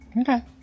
Okay